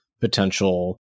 potential